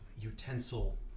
utensil